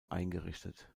eingerichtet